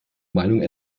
meinung